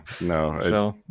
no